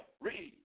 Read